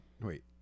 wait